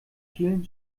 vielen